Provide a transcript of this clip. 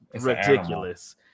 ridiculous